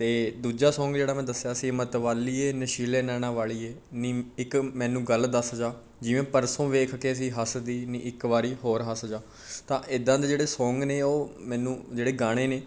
ਅਤੇ ਦੂਜਾ ਸੌਂਗ ਜਿਹੜਾ ਮੈਂ ਦੱਸਿਆ ਸੀ ਮਤਵਾਲੀਏ ਨਸ਼ੀਲੇ ਨੈਣਾ ਵਾਲੀਏ ਨੀ ਇੱਕ ਮੈਨੂੰ ਗੱਲ ਦੱਸ ਜਾ ਜਿਵੇਂ ਪਰਸੋਂ ਵੇਖ ਕੇ ਸੀ ਹੱਸਦੀ ਨੀ ਇੱਕ ਵਾਰੀ ਹੋਰ ਹੱਸ ਜਾ ਤਾਂ ਇੱਦਾਂ ਦੇ ਜਿਹੜੇ ਸੌਂਗ ਨੇ ਉਹ ਮੈਨੂੰ ਜਿਹੜੇ ਗਾਣੇ ਨੇ